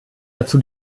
dazu